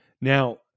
Now